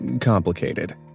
complicated